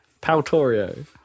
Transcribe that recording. Paltorio